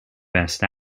best